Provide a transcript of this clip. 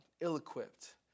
ill-equipped